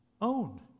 own